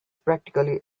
practically